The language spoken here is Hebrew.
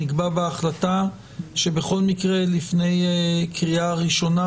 נקבע בהחלטה שבכל מקרה לפני קריאה ראשונה,